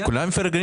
מרומה.